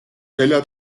selja